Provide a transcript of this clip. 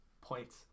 points